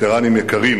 וטרנים יקרים,